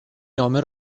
نامه